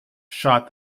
shot